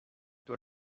door